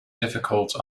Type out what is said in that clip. difficult